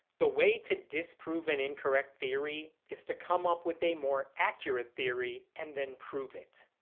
the way to disprove an incorrect theory is to come up with a more accurate theory, and then prove it.